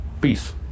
Peace